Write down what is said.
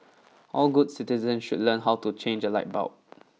all good citizens should learn how to change a light bulb